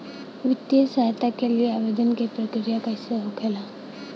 वित्तीय सहायता के लिए आवेदन क प्रक्रिया कैसे होखेला?